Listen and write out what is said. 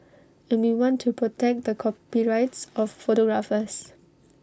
and we want to protect the copyrights of photographers